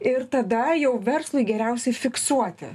ir tada jau verslui geriausiai fiksuoti